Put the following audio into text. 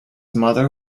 mother